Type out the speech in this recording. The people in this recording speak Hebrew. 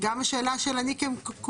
וגם השאלה של אני כקופה.